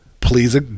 please